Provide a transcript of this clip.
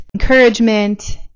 encouragement